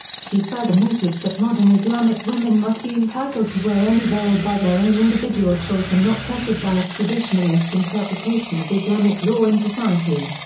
she further noted that modern islamic women must be entitled to wear any veil by their own individual choice and not pressured by a traditionalist interpretation of islamic law in society.